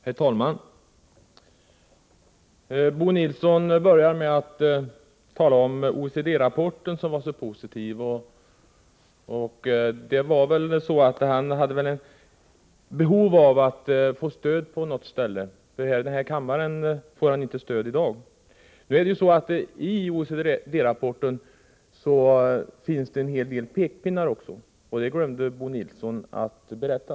Herr talman! Bo Nilsson börjar med att tala om OECD-rapporten, som var så positiv. Han hade väl behov av att få stöd på något ställe — för här i kammaren får han inte stöd i dag. I OECD-rapporten finns det också en hel del pekpinnar, och det glömde Bo Nilsson att berätta.